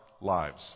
lives